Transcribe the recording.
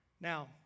Now